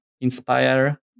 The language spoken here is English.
inspire